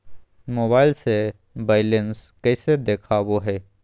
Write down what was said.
Mobile से balance कैसे देखाबो है?